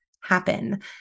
happen